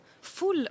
full